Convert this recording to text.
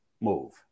move